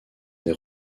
des